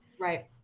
Right